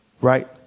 right